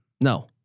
no